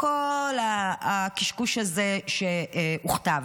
כל הקשקוש הזה שהוכתב.